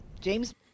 James